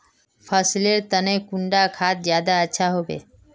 फसल लेर तने कुंडा खाद ज्यादा अच्छा सोबे?